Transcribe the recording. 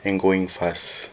and going fast